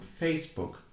Facebook